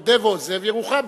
מודה ועוזב ירוחם.